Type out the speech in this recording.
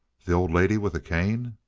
the old lady with the cane?